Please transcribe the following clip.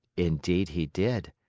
indeed he did,